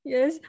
Yes